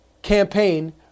campaign